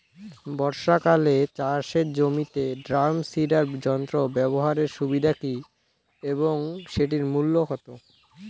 বর্ষাকালে চাষের জমিতে ড্রাম সিডার যন্ত্র ব্যবহারের সুবিধা কী এবং সেটির মূল্য কত?